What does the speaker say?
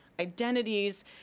identities